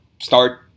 start